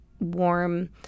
warm